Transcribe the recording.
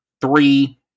three